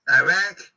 iraq